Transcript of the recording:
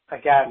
Again